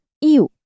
iu